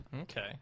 Okay